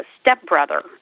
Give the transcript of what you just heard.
stepbrother